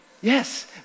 Yes